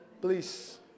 Please